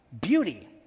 beauty